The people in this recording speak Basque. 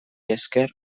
esker